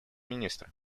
министра